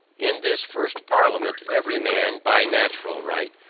in this first parliament every man, by natural right,